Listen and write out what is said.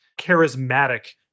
charismatic